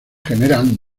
generan